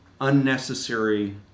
unnecessary